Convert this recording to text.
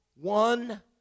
one